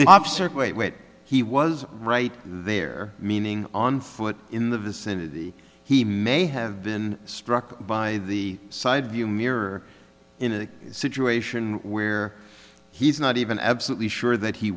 wait he was right there meaning on foot in the vicinity he may have been struck by the side view mirror in a situation where he's not even absolutely sure that he